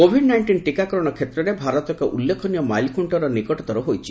Covid nineteen ଟିକାକରଣ କ୍ଷେତ୍ରରେ ଭାରତ ଏକ ଉଲ୍ଲେଖନୀୟ ମାଇଲ୍ଖୁଷ୍ଟର ନିକଟତର ହୋଇଛି